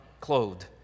clothed